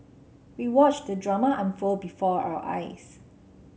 we watched the drama unfold before our eyes